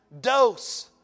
dose